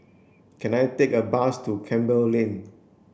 can I take a bus to Campbell Lane